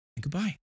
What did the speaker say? goodbye